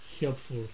helpful